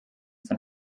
von